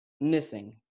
missing